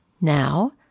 Now